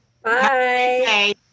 Bye